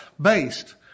based